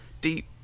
deep